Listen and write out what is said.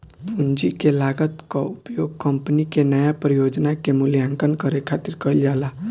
पूंजी के लागत कअ उपयोग कंपनी के नया परियोजना के मूल्यांकन करे खातिर कईल जाला